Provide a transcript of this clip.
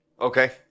Okay